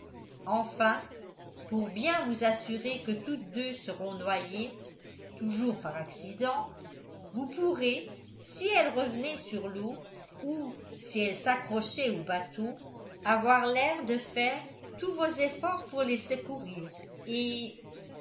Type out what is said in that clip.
enfin pour bien vous assurer que toutes deux seront noyées toujours par accident vous pourrez si elles revenaient sur l'eau ou si elles s'accrochaient au bateau avoir l'air de faire tous vos efforts pour les secourir et